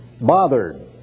bothered